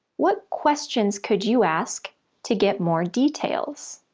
what questions could you ask to get more details?